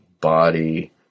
body